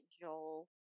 Joel